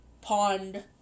pond